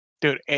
dude